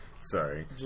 Sorry